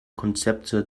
konzepte